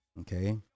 Okay